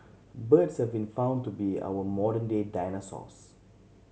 birds have been found to be our modern day dinosaurs